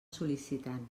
sol·licitant